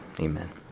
Amen